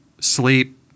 sleep